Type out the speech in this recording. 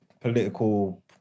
political